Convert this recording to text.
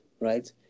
right